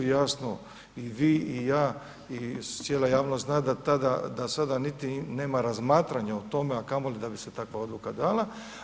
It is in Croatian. Jasno i vi i ja i cijela javnost zna da tada, da sada nema razmatranja o tome, a kamoli da bi se takva odluka dala.